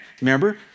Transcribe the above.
Remember